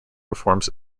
performs